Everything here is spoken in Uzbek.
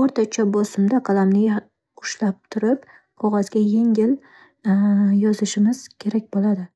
o'rtacha bosimda qalamni ushlab turib, qog'ozga yengil yozishimiz kerak bo'ladi.